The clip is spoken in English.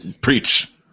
preach